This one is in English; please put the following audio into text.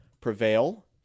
prevail